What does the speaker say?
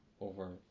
over